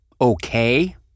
okay